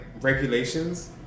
regulations